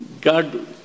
God